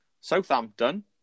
Southampton